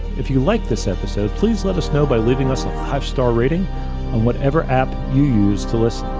if you liked this episode, please let us know by leaving us a five-star rating on whatever app you use to listen,